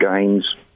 games